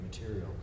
material